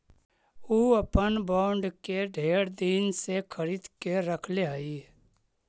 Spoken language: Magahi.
ऊ अपन बॉन्ड के ढेर दिन से खरीद के रखले हई